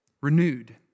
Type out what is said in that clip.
Renewed